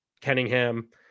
Kenningham